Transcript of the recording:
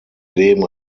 leben